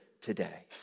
today